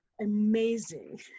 amazing